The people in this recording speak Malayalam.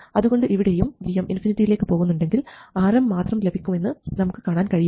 അതുകൊണ്ട് ഇവിടെയും gm ഇൻഫിനിറ്റിയിലേക്ക് പോകുന്നുണ്ടെങ്കിൽ Rm മാത്രം ലഭിക്കുമെന്ന് നമുക്ക് കാണാൻ കഴിയും